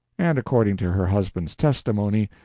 and, according to her husband's testimony,